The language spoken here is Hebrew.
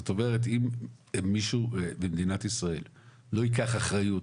זאת אומרת, אם מישהו במדינת ישראל לא ייקח אחריות,